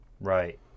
right